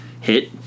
hit